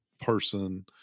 person